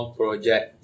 project